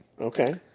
okay